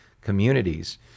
communities